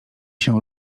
się